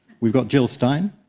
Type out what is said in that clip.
we've got jill stein.